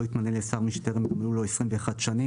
יתמנה לשר מי שטרם מלאו לו 21 שנים."